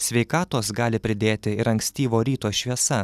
sveikatos gali pridėti ir ankstyvo ryto šviesa